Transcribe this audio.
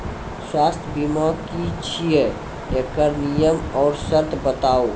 स्वास्थ्य बीमा की छियै? एकरऽ नियम आर सर्त बताऊ?